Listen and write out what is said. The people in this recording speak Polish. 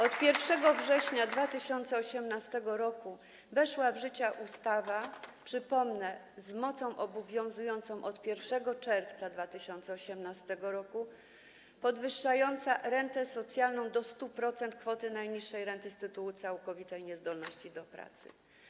Od 1 września 2018 r. weszła w życie ustawa, przypomnę, z mocą obowiązującą od 1 czerwca 2018 r., podwyższająca rentę socjalną do 100% kwoty najniższej renty z tytułu całkowitej niezdolności do pracy.